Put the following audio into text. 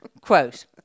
Quote